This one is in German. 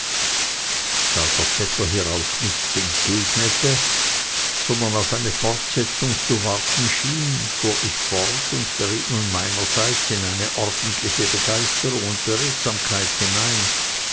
der vetter hierauf nichts entgegnete sondern auf eine fortsetzung zu warten schien fuhr ich auch fort und geriet nun meinerseits in eine ordentliche begeisterung und beredsamkeit hinein